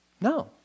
No